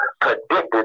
predicted